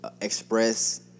express